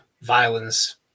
violence